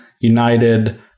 United